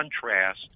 contrast